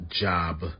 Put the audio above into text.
job